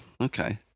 okay